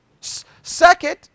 Second